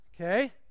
Okay